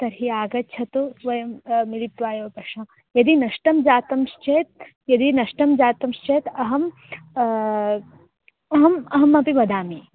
तर्हि आगच्छतु वयं मिलित्वा एव पश्यामः यदि नष्टं जातं चेत् यदि नष्टं जातं चेत् अहं अहम् अहमपि वदामि